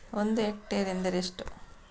ಒಂದು ಹೆಕ್ಟೇರ್ ಎಂದರೆ ಎಷ್ಟು?